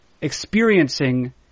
experiencing